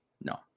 no